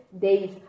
days